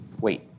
wait